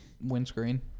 windscreen